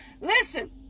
Listen